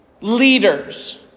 leaders